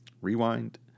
Rewind